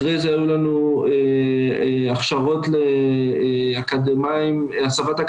אחרי זה היו לנו הסבת אקדמאים להוראה.